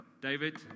David